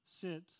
sit